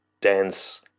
dense